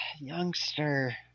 youngster